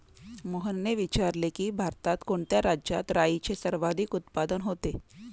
मोहनने विचारले की, भारतात कोणत्या राज्यात राईचे सर्वाधिक उत्पादन होते?